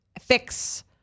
fix